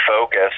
focus